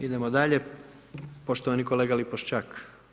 Idemo dalje, poštovani kolega Lipoščak.